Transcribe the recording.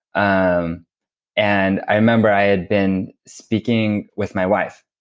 um and i remember i had been speaking with my wife,